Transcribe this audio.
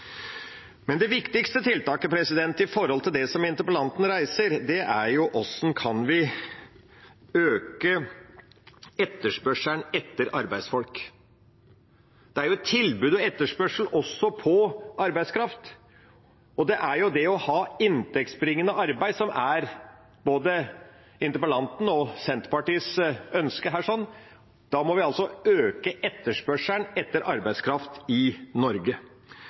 Det viktigste tiltaket med tanke på det som interpellanten reiser, er hvordan vi kan øke etterspørselen etter arbeidsfolk. Det er tilbud og etterspørsel også på arbeidskraft. Det er det å ha inntektsbringende arbeid som er både interpellantens og Senterpartiets ønske her. Da må vi øke etterspørselen etter arbeidskraft i Norge.